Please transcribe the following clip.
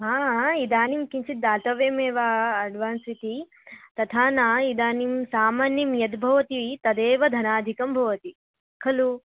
हा हा इदानीं किञ्चिद्दातव्यमेव अड्वान्स् इति तथा न इदानीं सामान्यं यद्भवति तदेव धनाधिकं भवति खलु